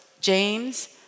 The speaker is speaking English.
James